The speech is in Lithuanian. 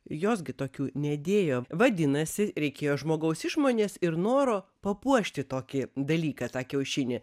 jos gi tokių nedėjo vadinasi reikėjo žmogaus išmonės ir noro papuošti tokį dalyką tą kiaušinį